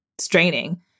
straining